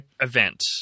event